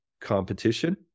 competition